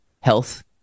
health